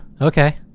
okay